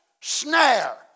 snare